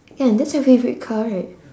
ya that's your favourite car right